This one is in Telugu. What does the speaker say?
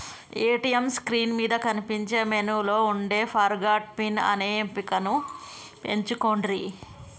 ఏ.టీ.యం స్క్రీన్ మీద కనిపించే మెనూలో వుండే ఫర్గాట్ పిన్ అనే ఎంపికను ఎంచుకొండ్రి